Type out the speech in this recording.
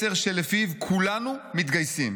מסר שלפיו כולנו מתגייסים,